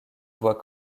voit